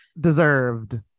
Deserved